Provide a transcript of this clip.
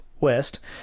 West